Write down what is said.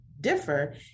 differ